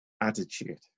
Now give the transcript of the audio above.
attitude